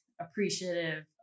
appreciative